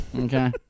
Okay